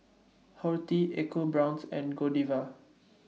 Horti EcoBrown's and Godiva